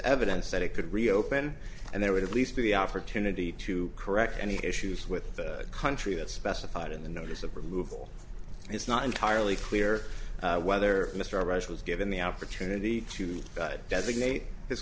evidence that it could reopen and there would at least be the opportunity to correct any issues with the country that specified in the notice of removal it's not entirely clear whether mr rush was given the opportunity to designate his